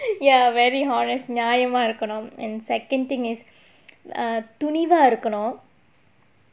ya very honest நியாயமா இருக்கனும்:niyayamaa irukkanum and second thing is err துணிவா இருக்கனும்:thunivaa irukkanum